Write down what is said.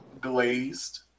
glazed